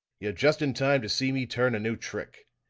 you're just in time to see me turn a new trick.